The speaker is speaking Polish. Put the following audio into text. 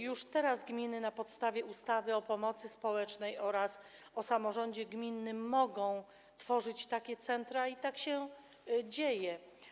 Już teraz gminy na podstawie ustawy o pomocy społecznej oraz ustawy o samorządzie gminnym mogą tworzyć takie centra, i tak się dzieje.